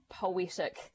poetic